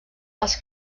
els